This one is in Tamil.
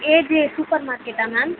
ஏஜே சூப்பர் மார்க்கெட்டா மேம்